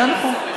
זה לא נכון.